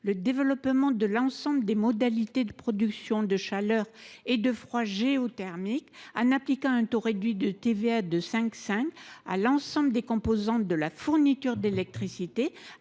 le développement de l’ensemble des modalités de production de chaleur et de froid géothermiques en appliquant le taux réduit de TVA de 5,5 % à l’ensemble des composantes de la fourniture d’électricité,